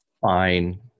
fine